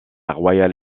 royale